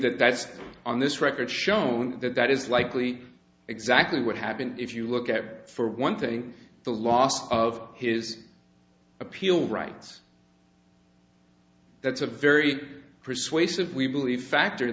that that's on this record shown that that is likely exactly what happened if you look at for one thing the loss of his appeal rights that's a very persuasive we believe factor